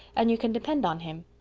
and you can depend on him.